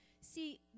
see